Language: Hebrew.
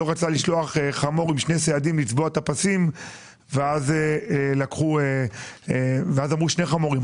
לא רצה לשלוח חמור עם שני סיידים לצבוע את הפסים ואז אמרו שני חמורים,